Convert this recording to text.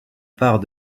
part